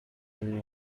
lean